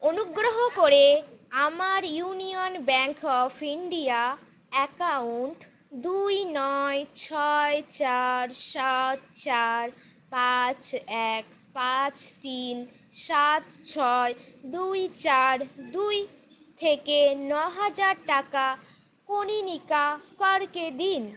অনুগ্রহ করে আমার Union Bank of India account দুই নয় ছয় চার সাত চার পাঁচ এক পাঁচ তিন সাত ছয় দুই চার দুই থেকে ন হাজার টাকা কনীনিকা করকে দিন